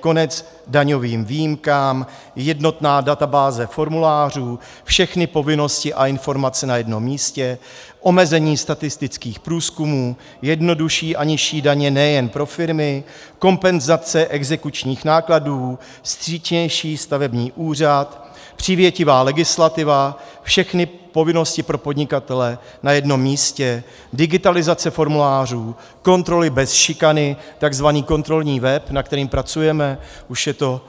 Konec daňovým výjimkám, jednotná databáze formulářů, všechny povinnosti a informace na jednom místě, omezení statistických průzkumů, jednodušší a nižší daně nejen pro firmy, kompenzace exekučních nákladů, vstřícnější stavební úřad, přívětivá legislativa, všechny povinnosti pro podnikatele na jednom místě, digitalizace formulářů, kontroly bez šikany, tzv. kontrolní web, na kterém pracujeme, už je to